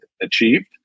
achieved